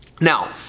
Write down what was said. now